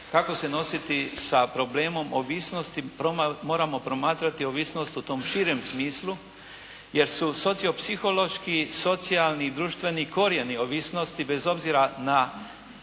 kako se nositi sa problemom ovisnosti, moramo promatrati ovisnost u tom širem smislu jer su sociopsihološki, socijalni, društveni korijeni ovisnosti bez obzira na